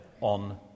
on